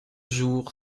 jours